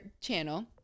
channel